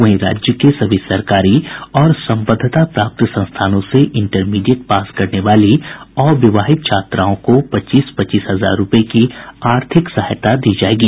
वहीं राज्य के सभी सरकारी और संबद्धता प्राप्त संस्थानों से इंटरमीडिएट पास करने वाली अविवाहित छात्राओं को पच्चीस पच्चीस हजार रुपये की आर्थिक सहायता दी जायेगी